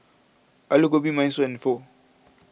Alu Gobi Minestrone and Pho